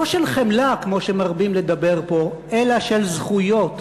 לא של חמלה כמו שמרבים לדבר פה, אלא של זכויות.